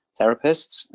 therapists